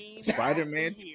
Spider-Man